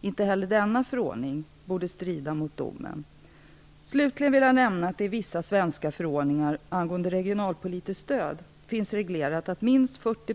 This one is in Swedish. Inte heller denna förordning borde därför strida mot domen. Slutligen vill jag nämna att det i vissa svenska förordningar angående regionalpolitiskt stöd finns reglerat att minst 40